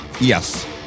Yes